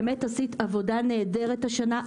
באמת עשית עבודה נהדרת השנה,